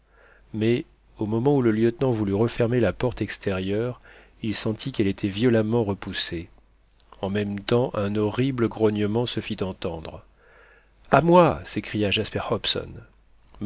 mais au moment où le lieutenant voulut refermer la porte extérieure il sentit qu'elle était violemment repoussée en même temps un horrible grognement se fit entendre à moi s'écria